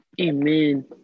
Amen